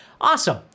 Awesome